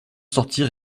sortir